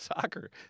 soccer